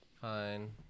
fine